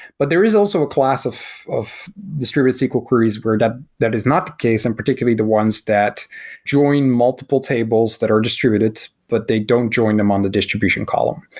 but there is also a class of of distributed sql queries where and ah that is not the case and particularly the ones that join multiple tables that are distributed, but they don't join them on the distribution column.